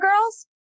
girls